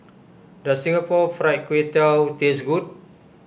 does Singapore Fried Kway Tiao taste good